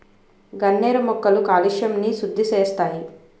గన్నేరు మొక్కలు కాలుష్యంని సుద్దిసేస్తాయి